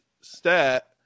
stat